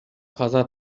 каза